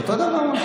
אותו דבר.